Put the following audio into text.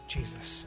Jesus